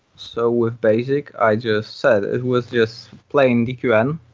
so with basic, i just said, it was just plain dqn.